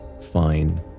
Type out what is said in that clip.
Fine